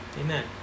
Amen